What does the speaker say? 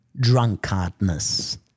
drunkardness